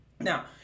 Now